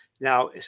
Now